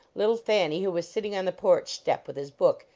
little thanny, who was sitting on the porch step with his book,